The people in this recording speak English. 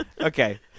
Okay